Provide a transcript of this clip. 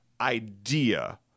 idea